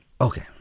okay